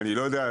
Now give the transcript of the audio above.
אני לא יודע,